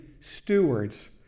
stewards